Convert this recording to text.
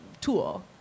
tool